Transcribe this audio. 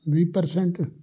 ਵੀਹ ਪਰਸੈਂਟ